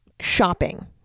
shopping